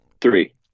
Three